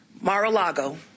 Mar-a-Lago